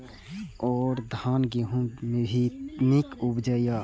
और धान गेहूँ भी निक उपजे ईय?